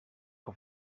que